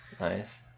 Nice